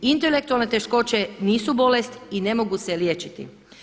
Intelektualne teškoće nisu bolest i ne mogu se liječiti.